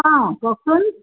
অঁ কওকচোন